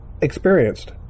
experienced